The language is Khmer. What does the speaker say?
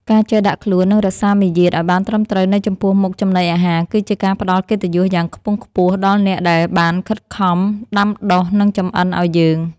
ការចេះដាក់ខ្លួននិងរក្សាមារយាទឱ្យបានត្រឹមត្រូវនៅចំពោះមុខចំណីអាហារគឺជាការផ្តល់កិត្តិយសយ៉ាងខ្ពង់ខ្ពស់ដល់អ្នកដែលបានខិតខំដាំដុះនិងចម្អិនឱ្យយើង។